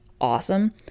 awesome